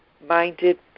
minded